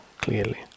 clearly